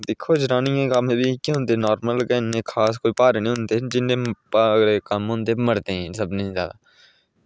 दिक्खो जी जनानियें दे कम्म बी इयै होंदे नॉर्मल बी खास कोई भारे निं होंदे जिन्ने बी कम्म होंदे मर्दें जंदे सभनीं दा